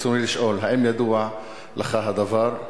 רצוני לשאול: 1. האם ידוע לך הדבר?